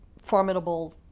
formidable